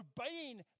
obeying